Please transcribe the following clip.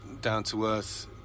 down-to-earth